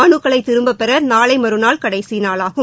மனுக்களை திரும்பப் பெற நாளை மறுநாள் கடைசி நாளாகும்